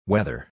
Weather